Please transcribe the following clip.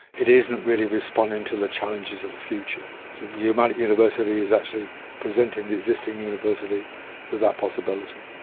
it isn't really responding to the challenges of the future. so the urmadic university is actually presenting the existing university with that possibility.